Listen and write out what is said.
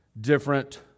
different